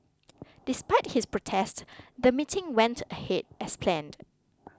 despite his protest the meeting went ahead as planned